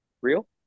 real